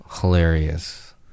hilarious